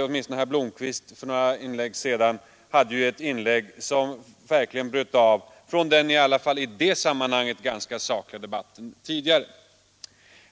Åtminstone herr Blomkvist hade nyss ett anförande som verkligen bröt av från den i alla fall i det sammanhanget ganska sakliga debatt som förts tidigare.